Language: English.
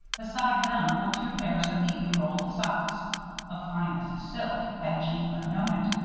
beside them were two pairs of neatly-rolled socks of finest silk, had jeanne but known it.